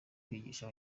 kwigisha